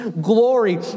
glory